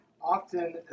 Often